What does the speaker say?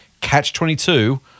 Catch-22